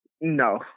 No